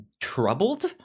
troubled